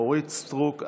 אורית מלכה סטרוק,